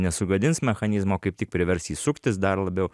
nesugadins mechanizmo kaip tik privers jį suktis dar labiau